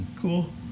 Cool